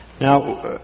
Now